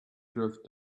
drove